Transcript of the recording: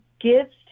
gives